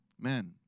Man